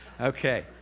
Okay